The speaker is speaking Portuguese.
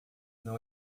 não